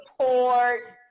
support